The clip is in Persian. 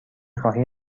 خواهی